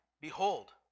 Behold